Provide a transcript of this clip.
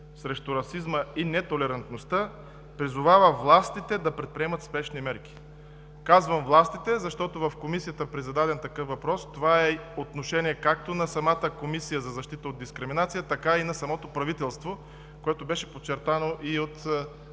срещу расизма и нетолерантността призовава властите да предприемат спешни мерки. Казвам властите, защото в Комисията при зададен такъв въпрос, това е отношение както на Комисията за защита от дискриминация, така и на правителството, което беше подчертано и от настоящия